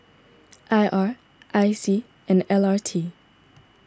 I R I C and L R T